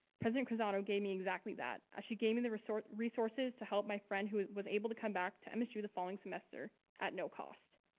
president cruzado gave me exactly that. ah she gave me the resources to help my friend who was able to come back to msu the following semester at no cost.